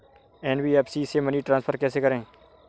NBFC से money transfer कैसे करें?